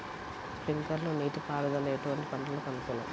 Sprinkler నీటిపారుదల ఎటువంటి పంటలకు అనుకూలము?